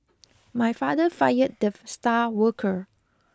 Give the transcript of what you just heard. my father fired the star worker